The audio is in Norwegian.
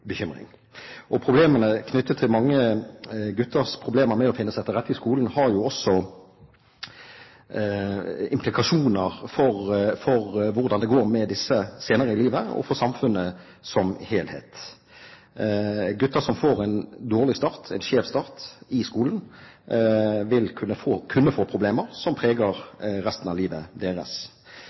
bekymring. Problemene knyttet til mange gutters problemer med å finne seg til rette i skolen har jo også implikasjoner for hvordan det går med dem senere i livet, og for samfunnet som helhet. Gutter som får en dårlig start, en skjev start i skolen, vil kunne få problemer som preger resten av livet deres.